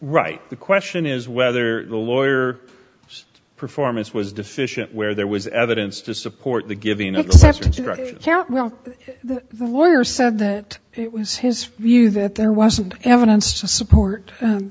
right the question is whether the lawyer performance was deficient where there was evidence to support the giving acceptance of the lawyer said that it was his view that there wasn't evidence to support